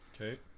Okay